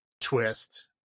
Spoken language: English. twist